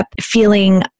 feeling